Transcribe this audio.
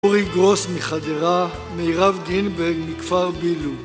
אורי גרוס מחדרה, מירב גרינברג מכפר בילו.